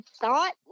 thought